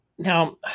Now